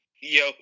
yo